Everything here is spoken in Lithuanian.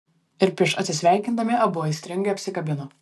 ir prieš atsisveikindami abu aistringai apsikabina